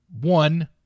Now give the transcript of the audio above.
one